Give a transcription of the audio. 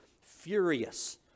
furious